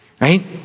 right